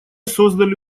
создали